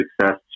success